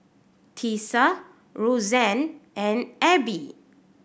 Tisa Roseann and Abbey